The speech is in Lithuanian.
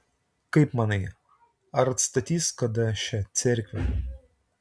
kaip manai ar atstatys kada šią cerkvę